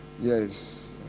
Yes